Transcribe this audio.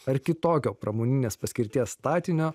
ar kitokio pramoninės paskirties statinio